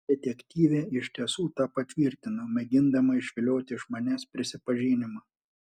detektyvė iš tiesų tą patvirtino mėgindama išvilioti iš manęs prisipažinimą